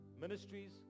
ministries